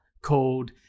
called